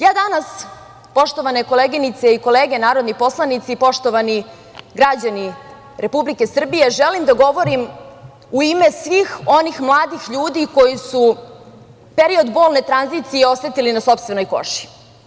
Ja danas poštovane koleginice i kolege narodni poslanici, poštovani građani Republike Srbije želim da govorim u ime svih onih mladih ljudi koji su period bolne tranzicije osetili na sopstvenoj koži.